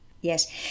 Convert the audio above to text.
Yes